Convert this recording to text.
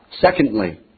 Secondly